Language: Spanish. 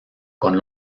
con